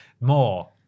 More